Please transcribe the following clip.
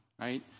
right